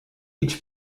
idź